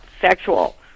sexual